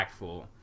impactful